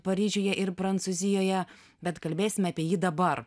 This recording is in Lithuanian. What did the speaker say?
paryžiuje ir prancūzijoje bet kalbėsime apie jį dabar